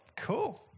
cool